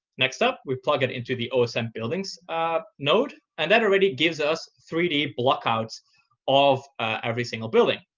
next up, we plug it into the osm buildings node and that already gives us three d block outs of every single building.